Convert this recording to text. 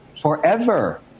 forever